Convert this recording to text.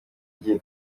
gihe